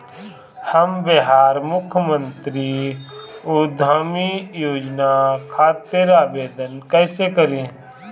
हम बिहार मुख्यमंत्री उद्यमी योजना खातिर आवेदन कईसे करी?